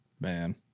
Man